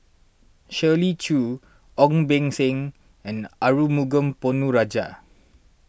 Shirley Chew Ong Beng Seng and Arumugam Ponnu Rajah